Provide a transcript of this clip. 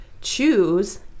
choose